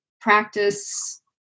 practice